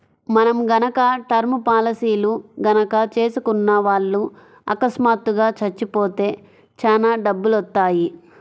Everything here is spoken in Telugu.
మనం గనక టర్మ్ పాలసీలు గనక చేసుకున్న వాళ్ళు అకస్మాత్తుగా చచ్చిపోతే చానా డబ్బులొత్తయ్యి